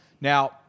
Now